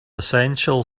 essential